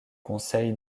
conseil